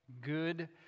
good